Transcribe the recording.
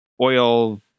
oil